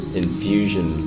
infusion